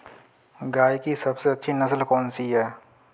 गाय की सबसे अच्छी नस्ल कौनसी है?